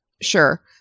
sure